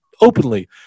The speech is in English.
openly